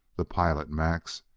the pilot, max,